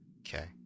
Okay